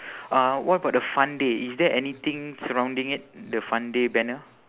uh what about the fun day is there anything surrounding it the fun day banner